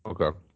okay